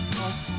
Cause